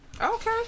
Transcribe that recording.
Okay